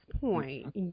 point